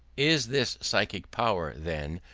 is this psychic power, then,